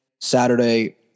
Saturday